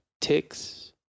ticks